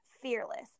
fearless